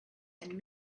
and